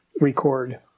record